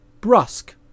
brusque